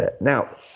Now